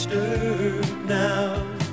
now